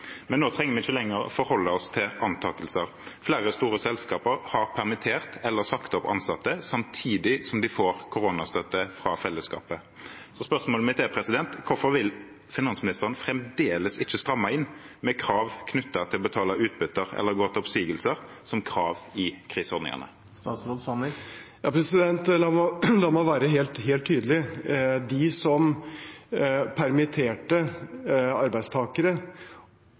Men nå trenger vi ikke lenger å forholde oss til antakelser. Flere store selskaper har permittert eller sagt opp ansatte samtidig som de får koronastøtte fra fellesskapet. Spørsmålet mitt er: Hvorfor vil finansministeren fremdeles ikke stramme inn med krav knyttet til å betale utbytter eller gå til oppsigelser, som krav i kriseordningene? La meg være helt tydelig: De som permitterte arbeidstakere,